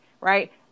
right